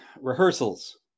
Rehearsals